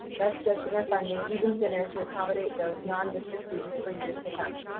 thus stretching our funding even thinner to accommodate those non-district students for years to come.